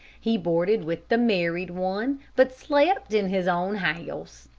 he boarded with the married one, but slept in his own house.